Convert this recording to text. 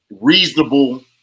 reasonable